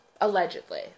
allegedly